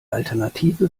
alternative